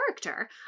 character